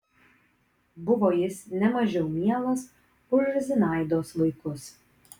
buvo jis ne mažiau mielas už zinaidos vaikus